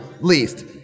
least